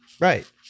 Right